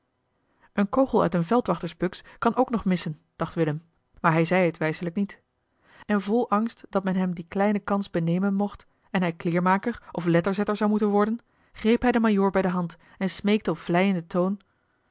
een kogel uit een veldwachtersbuks kan ook nog missen dacht willem maar hij zei het wijselijk niet en vol angst dat men hem die kleine kans benemen mocht en hij kleermaker of letterzetter zou moeten worden greep hij den majoor bij de hand en smeekte op vleienden toon